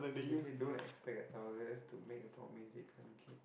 they say don't expect a Taurus to make a promise they can't keep